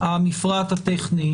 אתם תמצאו את הנוסח המפרט הטכני,